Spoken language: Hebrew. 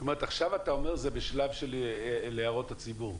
זאת אומרת אתה אומר שעכשיו זה בשלב של הערות הציבור?